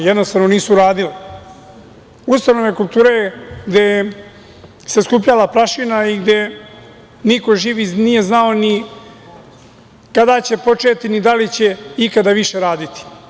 Jednostavno, nisu radile ustanove kulture gde se skupljala prašina i gde niko živ nije znao ni kada će početi i da li će ikada više raditi.